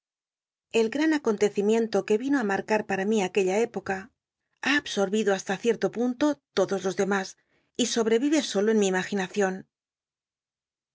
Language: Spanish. el gran acontecimiento que ino á mar ar para mí aquella época ha absorbido hasta cierto punto todos los lemas y sobrcviye solo en mi imaginacion